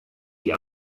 die